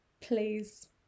please